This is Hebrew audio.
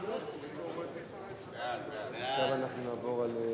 סעיף 2,